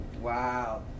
Wow